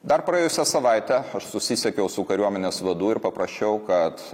dar praėjusią savaitę aš susisiekiau su kariuomenės vadu ir paprašiau kad